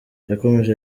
yakomeje